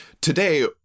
Today